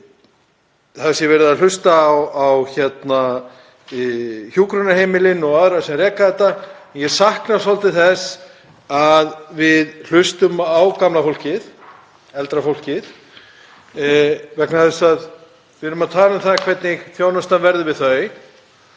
að verið sé að hlusta á hjúkrunarheimilin og aðra sem reka þetta. Ég sakna svolítið þess að við hlustum á gamla fólkið, eldra fólkið, vegna þess að við erum að tala um það hvernig þjónustan verður við þau